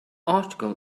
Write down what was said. article